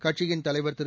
கட்சியின் தலைவர் திரு